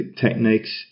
techniques